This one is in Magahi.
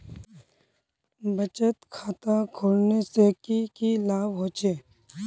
बचत खाता खोलने से की की लाभ होचे?